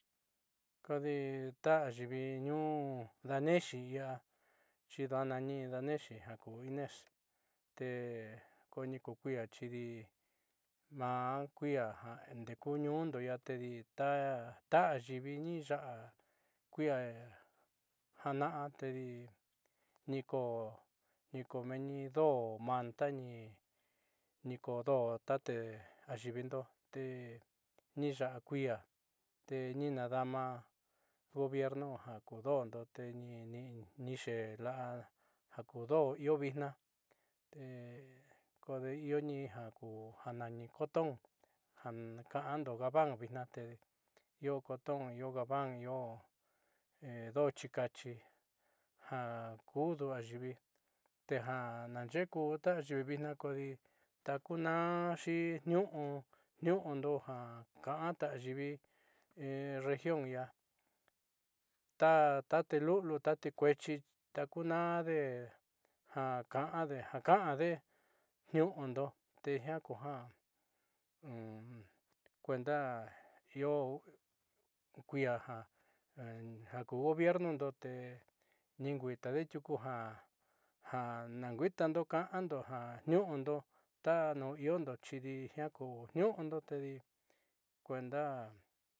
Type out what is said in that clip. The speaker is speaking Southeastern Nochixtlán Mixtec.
Kadii ta'a yivii ñóo ndanexhiña ihá chidanani ndanexhi ña ku inés, te koni ku kuia achidii kuan kuijan ndekuño, kundo iin ñadii tá ta'a yivii ni ya'a kui'a jan tedii ni kó, ni koa ni ndo'o mantañi ni ko ndo tate ayivindote ni yo kuia te ni nadama gobierno jakundondo tenii, nini ni che la'a jando ihó vixna te kudio inja kuu anani tón jankando gavan vinaté, yo cotón, yo gaván, yo he ndo'o chikachi jan kuduá ayivii tejan na yekota yuvixna, kodii takunanxhi ñuu ñuu ndujan kanta yivii he región ihá tá tate lulu ate kuechí ta kuu nade ta jan te na kánde niundo te jian kuan kuenda ihó jan, jan akuu gobierno ndoté ninguita ndechuku ján, jan navitandukando jan niundo táno niundo xhidi jaku niundo tédii njuenta,